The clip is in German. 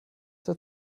der